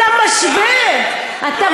אתה משווה?